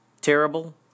Terrible